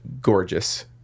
gorgeous